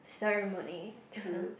ceremony to